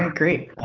um great.